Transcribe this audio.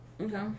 Okay